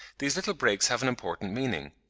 these little breaks have an important meaning.